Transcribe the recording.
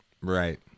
Right